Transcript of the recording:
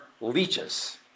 Leeches